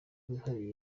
wihariye